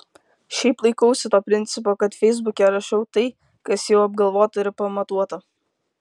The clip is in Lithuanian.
šiaip laikausi to principo kad feisbuke rašau tai kas jau apgalvota ir pamatuota